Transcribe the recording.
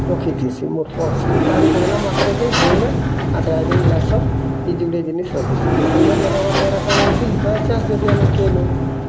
ରଖିଛି ସେ ମୋର ପର୍ସ୍ ରେ କାଢ଼ି ଧଇଲା ମାତ୍ରକେ ହେଲ୍ମେଟ୍ ଆଉ ଡ୍ରାଇଭିଂ ଲାଇସେନ୍ସ ଇ ଜୁଡ଼େ ଜିନିଷ୍ ରଖିଛି ହେଲ୍ମେଟ୍ ଲଗାବାର୍ ଦ୍ଵାରା କାଣା ହେଇଛି୍ କେନୁ